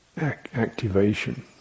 activation